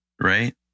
right